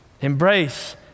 Embrace